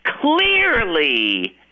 clearly